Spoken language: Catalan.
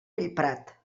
bellprat